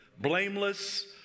blameless